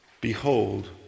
Behold